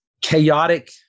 chaotic